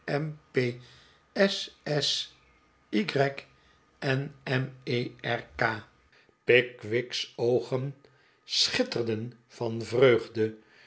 umpssy nmerk pickwick's oogen schitterden van vreugde